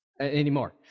anymore